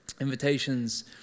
Invitations